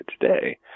today